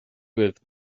agaibh